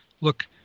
look